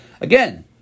again